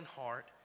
heart